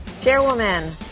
Chairwoman